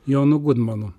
jonu gudmonu